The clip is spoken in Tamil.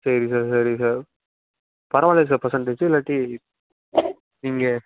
சரி சார் சரி சார் பரவாயில்லையே சார் பர்சண்டேஜ் இல்லாட்டி நீங்கள்